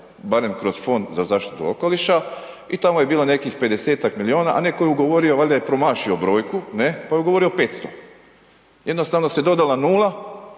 barem kroz Fond za zaštitu okoliša i tamo je bilo nekih 50-ak milijun, a neko je ugovorio valjda je promašio brojku, ne, pa je ugovorio 500. Jednostavno se dodala nula